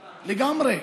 לגמרי.